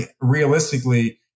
realistically